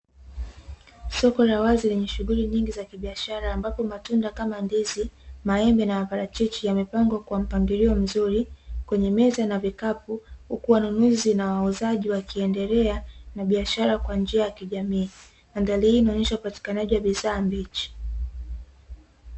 Soko la wazi lenye shughuli nyingi za kibiashara ambapo matunda kama, ndizi, maembe na maparachichi, yamepangwa kwa mpangilio mzuri, kwenye meza na vikapu, huku wanunuzi na wauzaji wakiendelea na biashara kwa njia ya kijamii. Mandhari hii inaonyesha upatikanaji wa bidhaa mbichi.